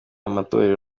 amatorero